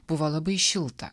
buvo labai šilta